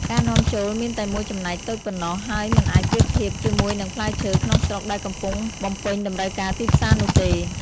ការនាំចូលមានតែមួយចំណែកតូចប៉ុណ្ណោះ ហើយមិនអាចប្រៀបធៀបជាមួយនឹងផ្លែឈើក្នុងស្រុកដែលកំពុងបំពេញតម្រូវការទីផ្សារនោះទេ។